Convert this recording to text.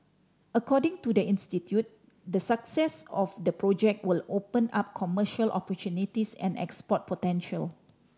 according to the institute the success of the project will open up commercial opportunities and export potential